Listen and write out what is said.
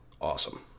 awesome